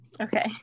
okay